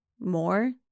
more